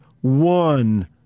one